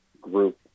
group